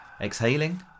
exhaling